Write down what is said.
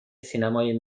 سینمای